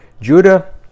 Judah